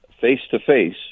face-to-face